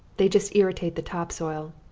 they just irritate the top soil.